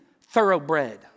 thoroughbred